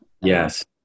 Yes